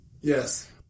yes